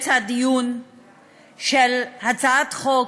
אנחנו אמורים להיות באמצע הדיון על הצעת חוק,